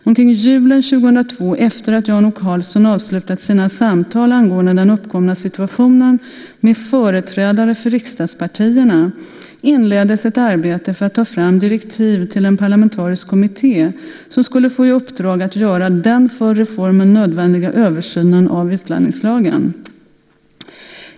Omkring julen 2002, efter att Jan O Karlsson avslutat sina samtal angående den uppkomna situationen med företrädare för riksdagspartierna, inleddes ett arbete för att ta fram direktiv till en parlamentarisk kommitté som skulle få i uppdrag att göra den för reformen nödvändiga översynen av utlänningslagen.